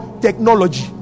technology